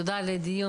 תודה על הדיון,